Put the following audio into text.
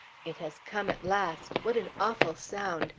it has come at last! what an awful sound!